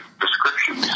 description